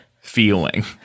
feeling